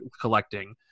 collecting